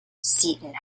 seton